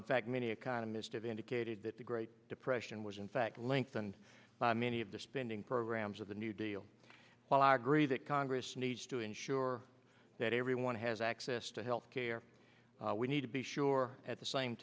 in fact many economist of indicated that the great depression was in fact lengthened by many of the spending programs of the new deal while i agree that congress needs to ensure that everyone has access to health care we need to be sure at the same